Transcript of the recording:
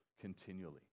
continually